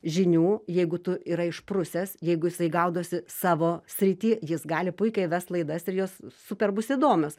žinių jeigu tu yra išprusęs jeigu jisai gaudosi savo srity jis gali puikiai vest laidas ir jos super bus įdomios